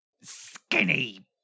Skinny